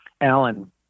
Alan